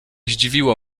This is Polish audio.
zdziwiło